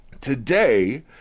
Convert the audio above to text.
today